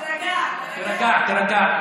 תירגע, תירגע.